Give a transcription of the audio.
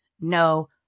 no